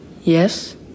Yes